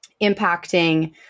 impacting